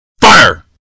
FIRE